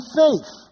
faith